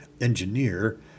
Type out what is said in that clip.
Engineer